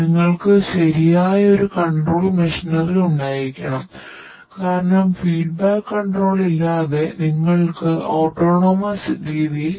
തൊഴിലാളികളുടെ ആരോഗ്യ അപകടങ്ങൾ കുറയ്ക്കുന്നതിനും മൊത്തത്തിലുള്ള കാര്യക്ഷമത മെച്ചപ്പെടുത്തുന്നതിനും ഇവ സഹായിക്കുന്നു